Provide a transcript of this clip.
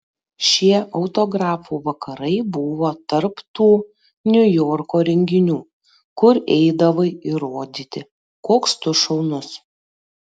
šie autografų vakarai buvo tarp tų niujorko renginių kur eidavai įrodyti koks tu šaunus